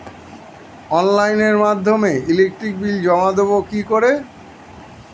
অনলাইনের মাধ্যমে electric bill জমা দেবো কি করে?